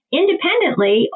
independently